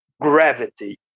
gravity